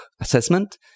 assessment